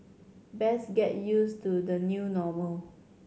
best get used to the new normal